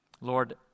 Lord